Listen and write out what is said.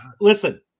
Listen